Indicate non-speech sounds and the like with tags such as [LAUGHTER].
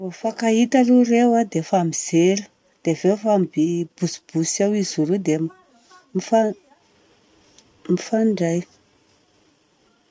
Vao mifankahita aloha ireo an, dia mifampijery, dia avy eo mifampibosoboso eo izy roa dia mifamp- [HESITATION] mifandray.